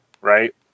right